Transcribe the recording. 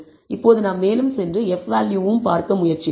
எனவே இப்போது நாம் மேலும் சென்று F வேல்யூவையும் பார்க்க முயற்சிப்போம்